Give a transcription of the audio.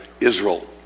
Israel